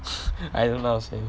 I don't know how to say